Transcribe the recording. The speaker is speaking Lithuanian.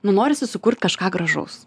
nu norisi sukurt kažką gražaus